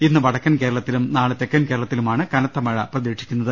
ഇന്ന് വടക്കൻ കേരള ത്തിലും നാളെ തെക്കൻ കേരളത്തിലുമാണ് കനത്ത മഴ പ്രതീക്ഷിക്കുന്നത്